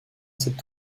cette